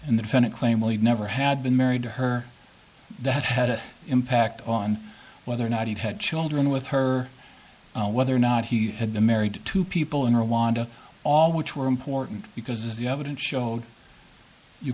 the defendant claim lee never had been married to her that had an impact on whether or not he had children with her whether or not he had to married to people in rwanda all which were important because the evidence showed you